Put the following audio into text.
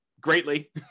greatly